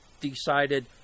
decided